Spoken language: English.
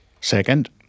Second